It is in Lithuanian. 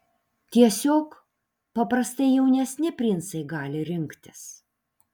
tiesiog paprastai jaunesni princai gali rinktis